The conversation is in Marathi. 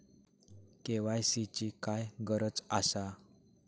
के.वाय.सी ची काय गरज आसा?